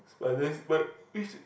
but this might